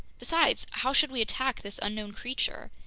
besides, how should we attack this unknown creature,